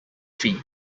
feet